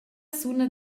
suna